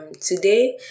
today